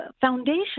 foundation